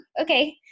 okay